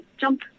jump